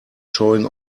showing